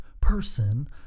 person